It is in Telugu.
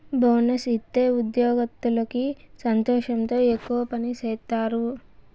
బోనస్ ఇత్తే ఉద్యోగత్తులకి సంతోషంతో ఎక్కువ పని సేత్తారు